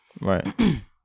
right